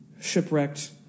shipwrecked